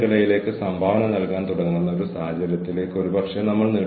ഭാവിയിലേക്കുള്ള strategic HRM ഇമ്പ്ലിക്കേഷനുകൾ